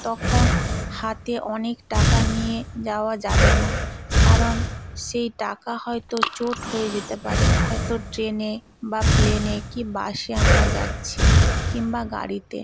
তখন হাতে অনেক টাকা নিয়ে যাওয়া যাবে না কারণ সেই টাকা হয়তো চোট হয়ে যেতে পারে হয়তো ট্রেনে বা প্লেনে কী বাসে আমরা যাচ্ছি কিংবা গাড়িতে